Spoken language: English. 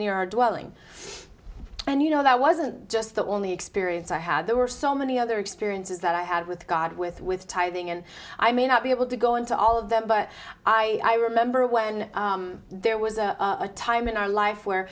near our dwelling and you know that wasn't just the only experience i had there were so many other experiences that i had with god with with tithing and i may not be able to go into all of them but i remember when there was a time in our life where